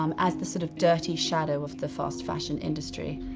um as the sort of dirty shadow of the fast fashion industry.